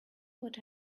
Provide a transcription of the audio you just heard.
what